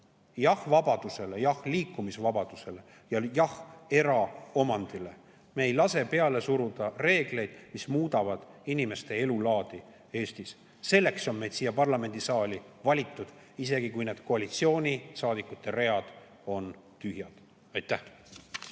Jah vabadusele, jah liikumisvabadusele, jah eraomandile! Me ei lase peale suruda reegleid, mis muudavad inimeste elulaadi Eestis. Selleks on meid siia parlamendisaali valitud. Isegi kui need koalitsioonisaadikute read on tühjad. Aitäh!